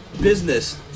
business